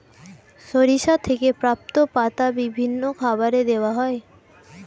সরিষা থেকে প্রাপ্ত পাতা বিভিন্ন খাবারে দেওয়া হয়